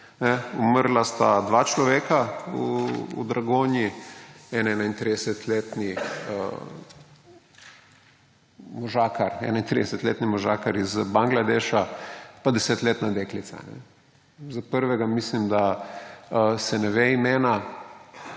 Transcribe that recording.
Umrla sta dva človeka v Dragonji, eden je 31-letni možakar iz Bangladeša pa 10-letna deklica. Za prvega, mislim, da se ne ve imena,